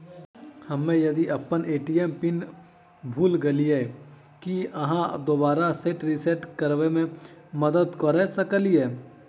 हम्मे यदि अप्पन ए.टी.एम पिन भूल गेलियै, की अहाँ दोबारा सेट रिसेट करैमे मदद करऽ सकलिये?